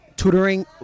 tutoring